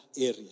area